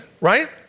right